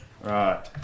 Right